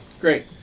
Great